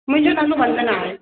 मुंहिंजो नालो वंदना आहे